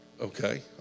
Okay